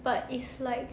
but is like